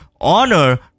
honor